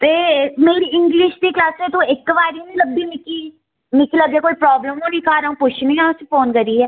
ते मेरी इंग्लिश दी क्लासै तू इक बारी निं लब्भी मिक्की मिक्की लग्गेआ कोई प्रॉब्लम होनी घर अ'ऊं पुच्छनियां फोन करियै